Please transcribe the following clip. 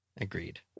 Agreed